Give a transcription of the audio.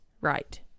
right